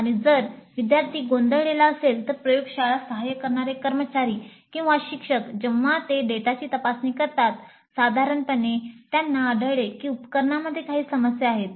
आणि जर विद्यार्थी गोंधळलेला असेल तर प्रयोगशाळा सहाय्य करणारे कर्मचारी किंवा शिक्षक जेव्हा ते डेटाची तपासणी करतात साधारणपणे त्यांना आढळले की उपकरणांमध्ये काही समस्या आहेत